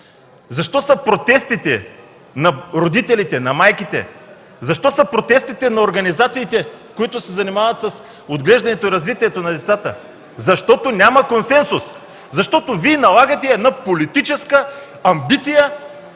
Защо са протестите на родителите, на майките? Защо са протестите на организациите, които се занимават с отглеждането и развитието на децата? Защото няма консенсус, защото Вие налагате политическа амбиция,